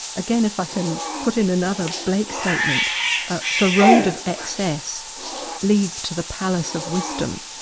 again if i can put in another blake statement ah the road of excess leads to the palace of wisdom.